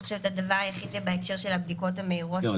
אני חושבת שהדבר היחיד זה בהקשר של הבדיקות המהירות --- כן,